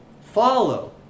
follow